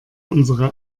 unsere